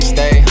Stay